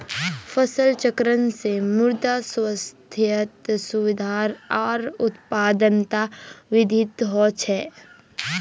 फसल चक्रण से मृदा स्वास्थ्यत सुधार आर उत्पादकतात वृद्धि ह छे